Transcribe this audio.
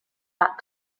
out